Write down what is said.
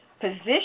position